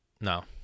No